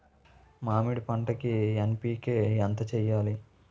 మామిడి పంటకి ఎన్.పీ.కే ఎంత వెయ్యాలి?